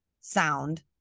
sound